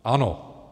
Ano.